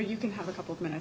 you can have a couple of m